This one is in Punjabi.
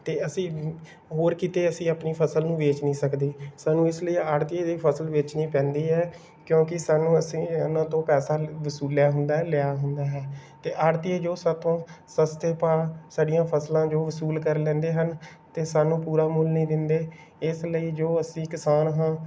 ਅਤੇ ਅਸੀਂ ਹੋਰ ਕਿਤੇ ਅਸੀਂ ਆਪਣੀ ਫਸਲ ਨੂੰ ਵੇਚ ਨਹੀਂ ਸਕਦੇ ਸਾਨੂੰ ਇਸ ਲਈ ਆੜ੍ਹਤੀਏ ਦੇ ਫਸਲ ਵੇਚਣੀ ਪੈਂਦੀ ਹੈ ਕਿਉਂਕਿ ਸਾਨੂੰ ਅਸੀਂ ਇਹਨਾਂ ਤੋਂ ਪੈਸਾ ਵਸੂਲਿਆ ਹੁੰਦਾ ਲਿਆ ਹੁੰਦਾ ਹੈ ਅਤੇ ਆੜ੍ਹਤੀਏ ਜੋ ਸਾਡੇ ਤੋਂ ਸਸਤੇ ਭਾਅ ਸਾਡੀਆਂ ਫਸਲਾਂ ਜੋ ਵਸੂਲ ਕਰ ਲੈਂਦੇ ਹਨ ਅਤੇ ਸਾਨੂੰ ਪੂਰਾ ਮੁੱਲ ਨਹੀਂ ਦਿੰਦੇ ਇਸ ਲਈ ਜੋ ਅਸੀਂ ਕਿਸਾਨ ਹਾਂ